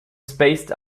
spaced